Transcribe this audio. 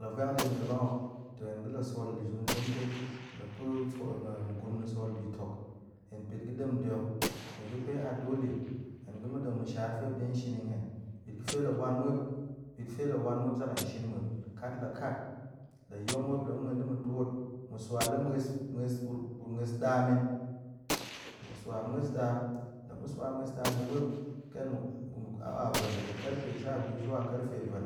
La vwan le ma̱er ɓang hok, to hen ga̱ la sol nluju na̱ ɗemtai, la pae sol mugurum sol bi tok, hen pet ga̱ ɗem ɗe hok nie gəfe a dole hen ga̱ ma̱ ɗem ma̱shar ga̱fe muop ɗe shin hen bit ga̱fe la wan muop, bit ga̱fe la wan muop zak hen shin muop kat la kat la yong muop la ma̱ muan ɗe ma̱ twot, ma̱ swa la mues mues buku mues ɗa men, ma̱ swa mues ɗa la ma̱ swa mues ɗa ɗe muop ƙen muk hour vel daga karfe sha biyu zuwa karfe vel,